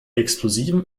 explosiven